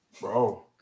Bro